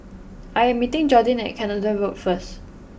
I am meeting Jordin at Canada Road first